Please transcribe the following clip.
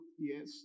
yes